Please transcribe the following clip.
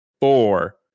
Four